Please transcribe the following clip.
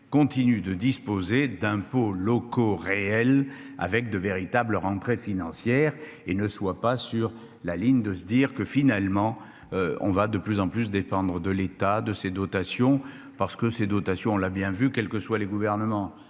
continue de disposer d'impôts locaux réel avec de véritables rentrées financières et ne soit pas sur la ligne de se dire que finalement on va de plus en plus dépendre de l'état de ses dotations parce que ces dotations, on l'a bien vu quelles que soient les gouvernements,